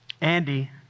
Andy